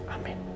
Amén